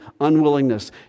unwillingness